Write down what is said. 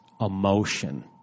emotion